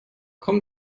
komm